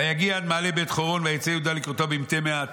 "ויגיע למעלה בית חורון ויצא יהודה לקראתו במתי מעט"